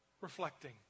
Reflecting